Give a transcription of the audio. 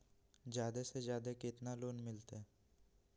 जादे से जादे कितना लोन मिलते?